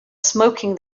smoking